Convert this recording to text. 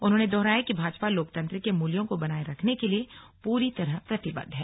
उन्होंने दोहराया कि भाजपा लोकतंत्र के मूल्यों को बनाये रखने के लिए पूरी तरह प्रतिबद्ध है